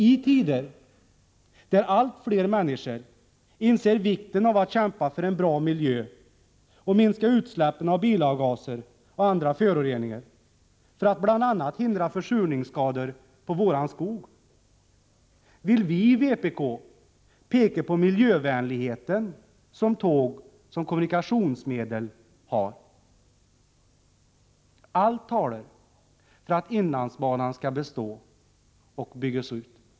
I tider då allt fler människor inser vikten av att kämpa för en bra miljö och för att minska utsläppen av bilavgaser och andra föroreningar, i syfte att bl.a. förhindra försurningsskador på vår skog, vill vi i vpk peka på det miljövänliga kommunikationsmedel som tåg utgör. Allt talar för att inlandsbanan skall bestå och byggas ut.